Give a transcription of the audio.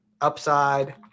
upside